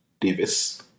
Davis